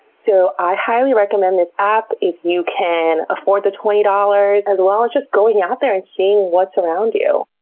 so, i highly recommend this app if you can afford the twenty dollars, as well as just going out there and seeing what's around you.